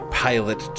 pilot